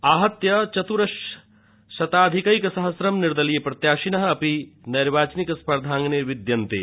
आहत्य चत्रशताधिक सहस्रं निर्दलीय प्रत्याशिनः अपि नैर्वाचनिक स्पर्धांगणे विद्यन्ते